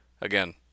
again